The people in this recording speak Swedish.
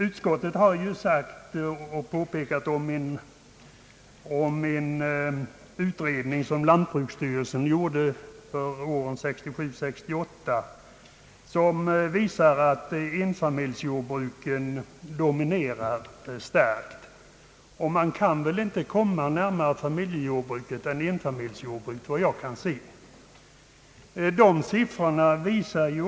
Utskottet har ju erinrat om den utredning som lantbruksstyrelsen gjorde för budgetåret 1967/68. Den visar att enfamiljsjordbruken dominerar starkt, och efter vad jag kan se kan man väl inte komma familjejordbruket närmare än det enmansjordbrukaren sköter jämte sin familj.